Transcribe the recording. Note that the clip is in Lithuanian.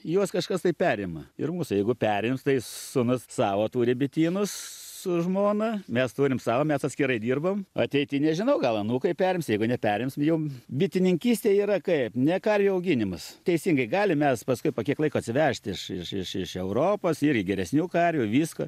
juos kažkas tai perima ir mūsų jeigu perims tai sūnus savo turi bitynus su žmona mes turim savo mes atskirai dirbam o ateity nežinau gal anūkai perims jeigu neperims jau bitininkystė yra kaip ne karvių auginimas teisingai galim mes paskui po kiek laiko atsivežt iš iš iš iš europos ir geresnių karvių visko